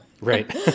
right